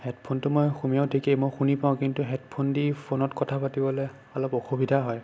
হেডফোনটো মই শুনো মই ঠিকে শনি পাও কিন্তু মই হেডফোন দি ফোনত কথা পাতিবলৈ অলপ অসুবিধা হয়